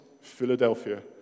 Philadelphia